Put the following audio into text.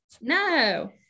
No